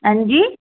हां जी